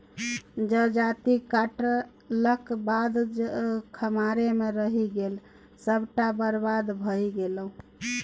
जजाति काटलाक बाद खम्हारे मे रहि गेल सभटा बरबाद भए गेलै